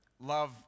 love